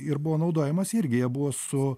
ir buvo naudojamas irgi jie buvo su